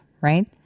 right